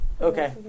Okay